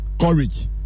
courage